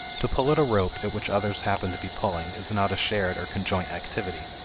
to pull at a rope at which others happen to be pulling is not a shared or conjoint activity,